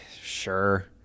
sure